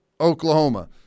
Oklahoma